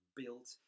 built